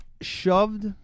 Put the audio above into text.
shoved